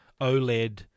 OLED